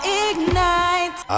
ignite